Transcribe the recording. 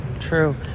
True